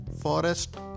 forest